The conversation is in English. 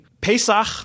Pesach